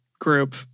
group